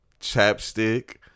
chapstick